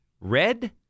red